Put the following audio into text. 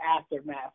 aftermath